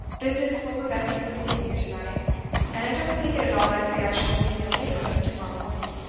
business will prevent me from seeing you to-night and i don't think it at all likely i shall be in your neighborhood to-morrow morning.